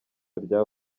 rya